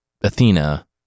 Athena